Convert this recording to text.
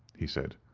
he said.